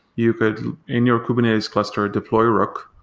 you could, in your kubernetes cluster, deploy rook.